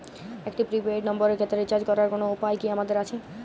একটি prepaid নম্বরের ক্ষেত্রে রিচার্জ করার কোনো উপায় কি আমাদের আছে?